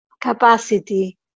capacity